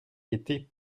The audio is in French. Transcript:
étaient